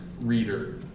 reader